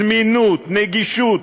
זמינות ונגישות,